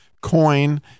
coin